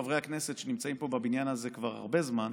חברי הכנסת שנמצאים פה בבניין הזה כבר הרבה זמן,